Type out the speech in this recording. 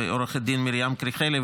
והיא עו"ד מרים קריכלי.